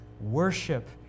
worship